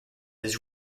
his